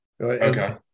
okay